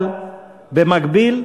אבל במקביל,